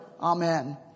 Amen